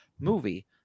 movie